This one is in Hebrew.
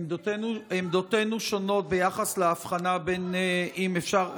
עמדותינו שונות ביחס להבחנה אם אפשר,